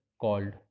called